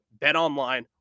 BetOnline